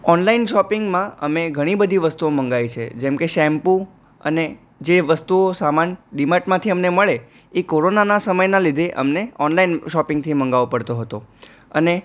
online શોપિંગમાં અમે ઘણી બધી વસ્તુઓ મંગાવી છે જેમ કે શેમ્પૂ અને જે વસ્તુઓ સામાન ડી માર્ટમાંથી અમને મળે એ કોરોનાના સમયના લીધે અમને ઓનલાઈન શોપિંગથી મંગાવવો પડતો હતો અને